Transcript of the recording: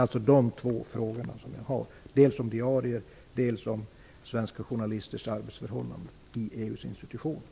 Mina två frågor rörde alltså dels diarier, dels svenska journalisters arbetsförhållanden i EU:s institutioner.